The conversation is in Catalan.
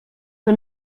que